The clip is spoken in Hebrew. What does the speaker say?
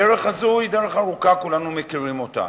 הדרך הזאת היא דרך ארוכה, וכולנו מכירים אותה.